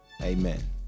Amen